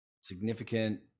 significant